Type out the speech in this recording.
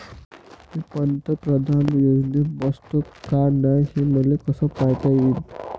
मी पंतप्रधान योजनेत बसतो का नाय, हे मले कस पायता येईन?